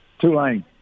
Tulane